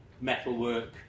metalwork